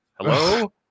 Hello